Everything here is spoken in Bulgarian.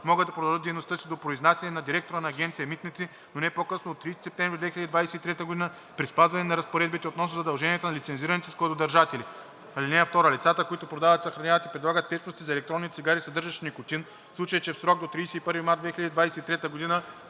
могат да продължат дейността си до произнасяне на директора на Агенция „Митници“, но не по-късно от 30 септември 2023 г., при спазване на разпоредбите относно задълженията на лицензираните складодържатели. (2) Лицата, които продават, съхраняват и предлагат течности за електронни цигари, съдържащи никотин, в случай че в срок до 31 март 2023 г.